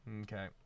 Okay